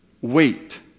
wait